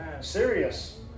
serious